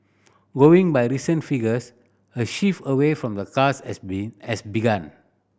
going by recent figures a shift away from the cars has been has begun